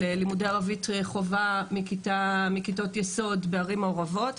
של לימודי ערבית חובה מכיתות יסוד, בערים מעורבות.